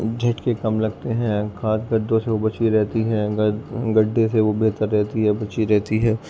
جھٹکے کم لگتے ہیں خاص گڈھوں سے وہ بچی رہتی ہے گڈھے سے وہ بہتر رہتی ہے بچی رہتی ہے